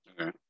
Okay